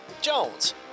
Jones